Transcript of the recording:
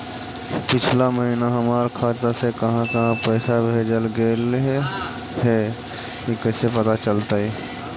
पिछला महिना हमर खाता से काहां काहां पैसा भेजल गेले हे इ कैसे पता चलतै?